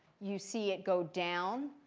you see it go down.